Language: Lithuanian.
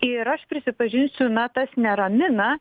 ir aš prisipažinsiu na tas neramina